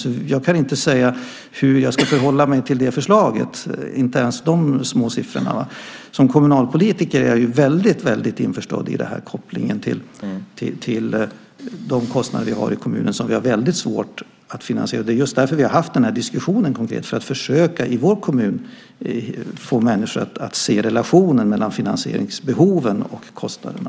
Jag kan därför inte säga hur jag ska förhålla mig till det förslaget, inte ens med de små siffrorna. Som kommunalpolitiker är jag införstådd med kopplingen till de kostnader som vi har i kommunen och som vi har så svårt att finansiera. Det är just därför vi har fört den diskussionen konkret - för att försöka i vår kommun att få människor att se relationen mellan finansieringsbehoven och kostnaderna.